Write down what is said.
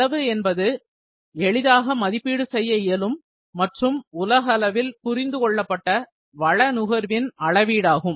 செலவு என்பது எளிதாக மதிப்பீடு செய்ய இயலும் மற்றும் உலகளவில் புரிந்துகொள்ளப்பட்ட வள நுகர்வின் அளவீடாகும்